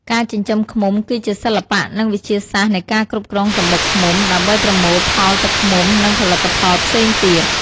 ការចិញ្ចឹមឃ្មុំ គឺជាសិល្បៈ និងវិទ្យាសាស្ត្រនៃការគ្រប់គ្រងសំបុកឃ្មុំ ដើម្បីប្រមូលផលទឹកឃ្មុំ និងផលិតផលផ្សេងទៀត។